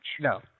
No